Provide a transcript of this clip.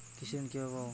কৃষি ঋন কিভাবে পাব?